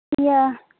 ᱤᱭᱟᱹ